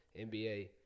NBA